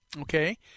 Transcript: Okay